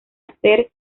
hacer